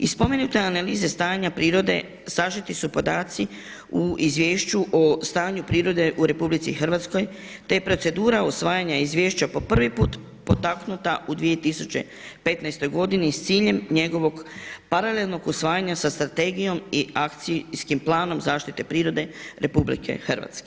Iz spomenute analize stanja prirode sažeti su podaci u Izvješću o stanju prirode u RH, te je procedura usvajanja izvješća po prvi put potaknuta u 2015. godini s ciljem njegovog paralelnog usvajanja sa strategijom i Akcijskim planom zaštite prirode RH.